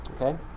okay